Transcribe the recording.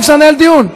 אי-אפשר לנהל דיון,